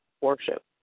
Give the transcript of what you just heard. worship